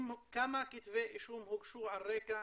כמה כתבי אישום הוגשו על רקע